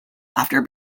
after